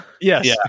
Yes